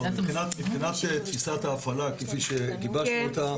מבחינת תפיסת ההפעלה כפי שגיבשנו אותה,